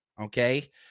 okay